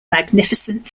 magnificent